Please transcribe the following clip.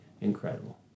incredible